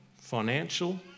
financial